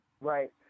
right